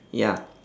ya